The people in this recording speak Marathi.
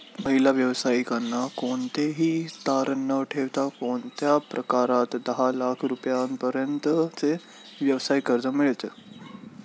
महिला व्यावसायिकांना कोणतेही तारण न ठेवता कोणत्या प्रकारात दहा लाख रुपयांपर्यंतचे व्यवसाय कर्ज मिळतो?